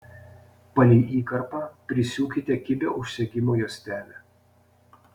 palei įkarpą prisiūkite kibią užsegimo juostelę